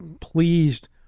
pleased